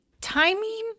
timing